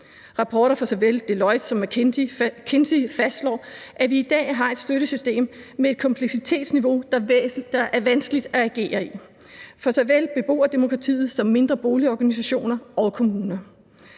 Rapporter fra såvel Deloitte som McKinsey fastslår, at vi i dag har et støttesystem med et kompleksitetsniveau, der er vanskeligt at agere i for såvel beboerdemokrati som mindre boligorganisationer og kommuner,